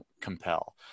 compel